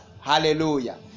hallelujah